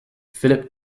philip